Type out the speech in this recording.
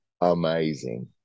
amazing